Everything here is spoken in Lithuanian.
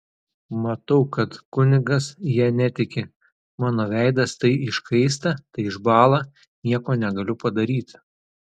matau kad kunigas ja netiki mano veidas tai iškaista tai išbąla nieko negaliu padaryti